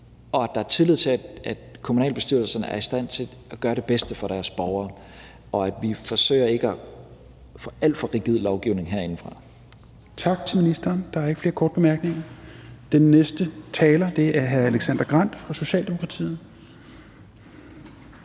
og at der er tillid til, at kommunalbestyrelserne er i stand til at gøre det bedste for deres borgere, og at vi forsøger ikke at lave alt for rigid lovgivning herindefra. Kl. 11:30 Fjerde næstformand (Rasmus Helveg Petersen): Tak til ministeren. Der er ikke flere korte bemærkninger. Den næste taler er hr. Alexander Grandt fra Socialdemokratiet.